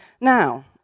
Now